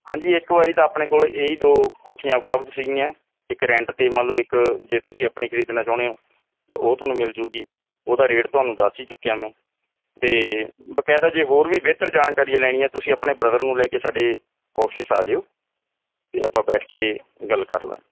ਹਾਂਜੀ ਇੱਕ ਵਾਰੀ ਤਾਂ ਆਪਣੇ ਕੋਲ ਇਹ ਹੀ ਦੋ ਕੋਠੀਆਂ ਉਪਲੱਬਧ ਸੀਗੀਆਂ ਇੱਕ ਰੈਂਟ 'ਤੇ ਮੰਨ ਲਓ ਇੱਕ ਜੇ ਤੁਸੀਂ ਆਪਣੀ ਖਰੀਦਣਾ ਚਾਹੁੰਦੇ ਹੋ ਤਾਂ ਉਹ ਤੁਹਾਨੂੰ ਮਿਲ ਜਾਊਗੀ ਉਹਦਾ ਰੇਟ ਤੁਹਾਨੂੰ ਦੱਸ ਹੀ ਚੁੱਕਿਆ ਮੈਂ ਤਾਂ ਬਕਾਇਦਾ ਜੇ ਹੋਰ ਵੀ ਬਿਹਤਰ ਜਾਣਕਾਰੀਆਂ ਲੈਣੀਆਂ ਤੁਸੀਂ ਆਪਣੇ ਬ੍ਰਦਰ ਨੂੰ ਲੈ ਕੇ ਸਾਡੇ ਆਫਿਸ ਆ ਜਾਇਓ ਅਤੇ ਆਪਾਂ ਬੈਠ ਕੇ ਗੱਲ ਕਰ ਲਾਂਗੇ